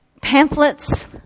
pamphlets